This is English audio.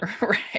Right